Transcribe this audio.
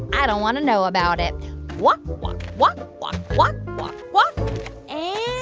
i don't want to know about it walk, walk, walk, walk, walk, walk, walk and